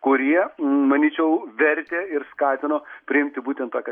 kurie manyčiau vertė ir skatino priimti būtent tokią